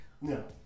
No